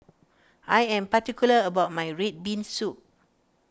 I am particular about my Red Bean Soup